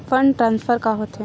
Fund transfer का होथे?